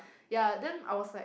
ya then I was like